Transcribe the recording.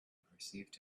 perceived